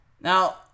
Now